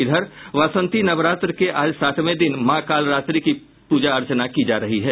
इधर वासंती नवरात्र के आज सातवें दिन मां कालरात्री की पूजा अर्चना की जा रही है